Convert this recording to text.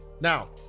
Now